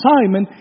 Simon